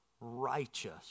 righteous